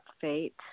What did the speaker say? fate